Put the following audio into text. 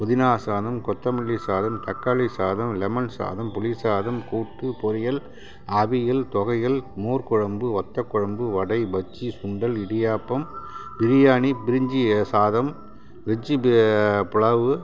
புதினா சாதம் கொத்தமல்லி சாதம் தக்காளி சாதம் லெமன் சாதம் புளி சாதம் கூட்டு பொரியல் அவியல் துவையல் மோர் குழம்பு வத்தக் குழம்பு வடை பஜ்ஜி சுண்டல் இடியாப்பம் பிரியாணி பிரிஞ்சி இல சாதம் வெஜ் பிரி பொலவு